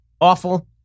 awful